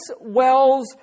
wells